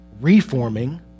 reforming